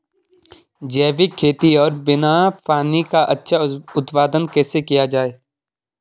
जैविक खेती और बिना पानी का अच्छा उत्पादन कैसे किया जाए?